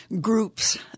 groups